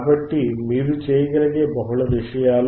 కాబట్టి మీరు చేయగలిగే బహుళ విషయాలు